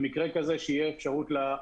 אז אם אפשר נבקש להוסיף סעיף שמתיר